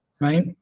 right